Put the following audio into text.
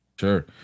Sure